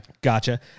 Gotcha